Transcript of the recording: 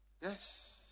yes